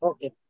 Okay